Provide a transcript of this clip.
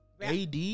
AD